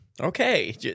Okay